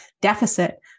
deficit